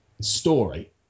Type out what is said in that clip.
story